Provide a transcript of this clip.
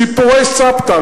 סיפורי סבתא.